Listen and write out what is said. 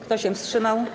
Kto się wstrzymał?